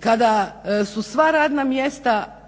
kada su sva radna mjesta